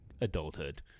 adulthood